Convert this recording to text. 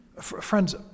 Friends